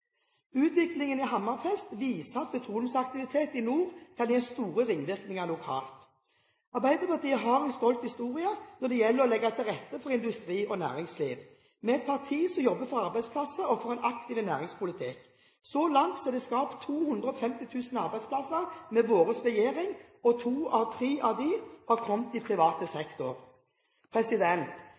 Utviklingen i Hammerfest viser at petroleumsaktivitet i nord kan gi store ringvirkninger lokalt. Arbeiderpartiet har en stolt historie når det gjelder å legge til rette for industri og næringsliv. Vi er et parti som jobber for arbeidsplasser og for en aktiv næringspolitikk. Så langt er det skapt 250 000 arbeidsplasser med vår regjering, og to av tre av dem har kommet i privat sektor.